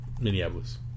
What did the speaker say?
Minneapolis